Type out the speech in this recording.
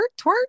twerk